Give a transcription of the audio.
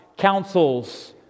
Councils